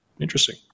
Interesting